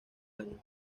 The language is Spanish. año